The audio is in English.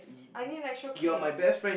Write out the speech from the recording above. I mean actual kiss